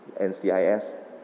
NCIS